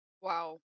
Wow